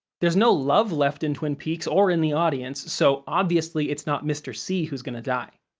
there's no love left in twin peaks or in the audience, so obviously it's not mr. c who's gonna die.